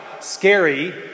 scary